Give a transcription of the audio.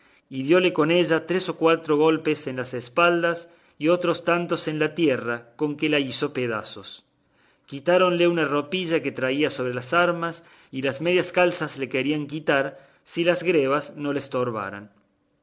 y diole con ella tres o cuatro golpes en las espaldas y otros tantos en la tierra con que la hizo pedazos quitáronle una ropilla que traía sobre las armas y las medias calzas le querían quitar si las grebas no lo estorbaran